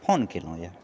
phone केलौं यऽ